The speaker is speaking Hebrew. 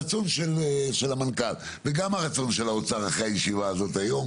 הרצון של המנכ"ל וגם הרצון של האוצר אחרי הישיבה הזאת היום,